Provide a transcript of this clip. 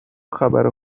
خبر